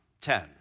ten